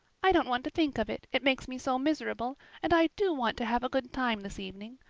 i don't want to think of it, it makes me so miserable, and i do want to have a good time this evening.